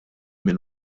min